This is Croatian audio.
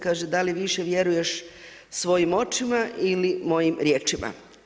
Kaže da li više vjeruješ svojim očima ili mojim riječima.